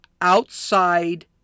outside